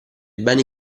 beni